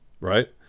right